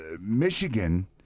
Michigan